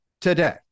today